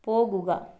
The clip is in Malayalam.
പോകുക